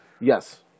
Yes